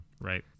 Right